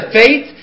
faith